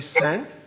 sent